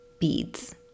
beads